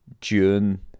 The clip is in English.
June